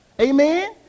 Amen